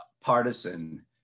partisan